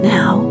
Now